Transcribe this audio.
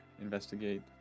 investigate